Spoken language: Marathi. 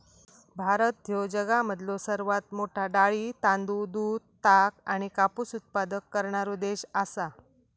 भारत ह्यो जगामधलो सर्वात मोठा डाळी, तांदूळ, दूध, ताग आणि कापूस उत्पादक करणारो देश आसा